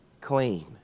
clean